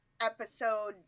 episode